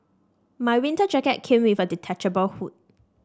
my winter jacket came with a detachable hood